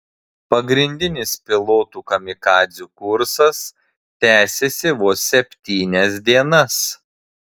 pagrindinis pilotų kamikadzių kursas tęsėsi vos septynias dienas